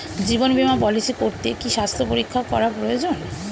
জীবন বীমা পলিসি করতে কি স্বাস্থ্য পরীক্ষা করা প্রয়োজন?